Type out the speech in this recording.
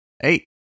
Eight